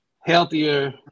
Healthier